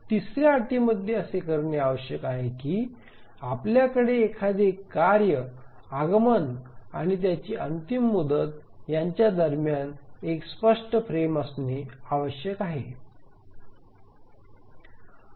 तिसर्या अटमध्ये असे करणे आवश्यक आहे की आपल्याकडे एखादे कार्य आगमन आणि त्याची अंतिम मुदत यांच्या दरम्यान एक स्पष्ट फ्रेम असणे आवश्यक आहे